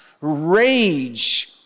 rage